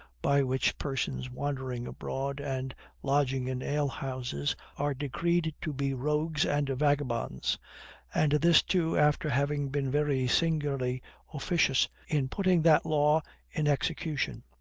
by which persons wandering abroad and lodging in ale-houses are decreed to be rogues and vagabonds and this too after having been very singularly officious in putting that law in execution.